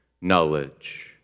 knowledge